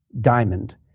diamond